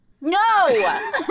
no